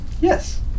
yes